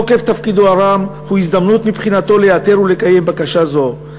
תוקף תפקידו הרם הוא הזדמנות מבחינתו להיעתר ולקיים בקשה זו.